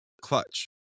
clutch